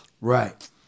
Right